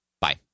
Bye